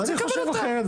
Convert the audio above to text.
אני רוצה לקבל אותם.